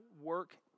work